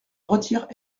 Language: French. retire